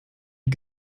die